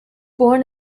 born